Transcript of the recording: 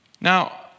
Now